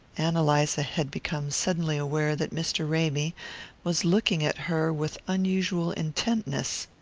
ann eliza had become suddenly aware that mr. ramy was looking at her with unusual intentness.